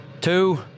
two